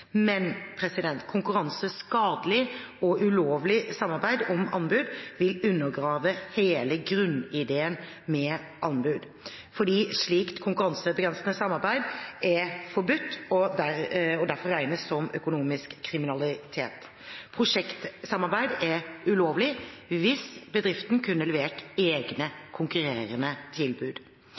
Men konkurranseskadelig og ulovlig samarbeid om anbud vil undergrave hele grunnideen med anbud, fordi slikt konkurransebegrensende samarbeid er forbudt og derfor regnes som økonomisk kriminalitet. Prosjektsamarbeid er ulovlig hvis bedriftene kunne levert egne konkurrerende tilbud.